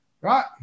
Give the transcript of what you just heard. right